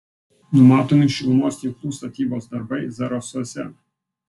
numatomi šilumos tinklų statybos darbai zarasuose